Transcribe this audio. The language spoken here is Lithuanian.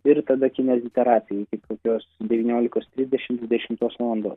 ir tada kineziterapija iki kokios devyniolikos trisdešimt dvidešimtos valandos